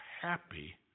happy